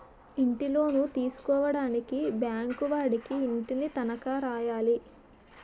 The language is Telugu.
ఇంటిలోను తీసుకోవడానికి బ్యాంకు వాడికి ఇంటిని తనఖా రాయాలి